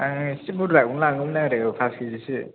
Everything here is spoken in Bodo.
आं एसे बुरजाखौनो लागौमोन आरो पास केजिसो